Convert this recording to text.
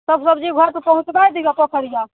सभ सबजी घर पर पहुँचबाइ दियौ पोखरिआ